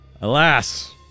alas